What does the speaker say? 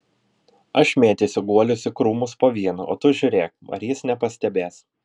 aš mėtysiu guolius į krūmus po vieną o tu žiūrėk ar jis nepastebės